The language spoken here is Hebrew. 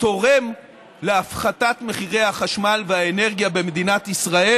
תורם להפחתת מחירי החשמל והאנרגיה במדינת ישראל.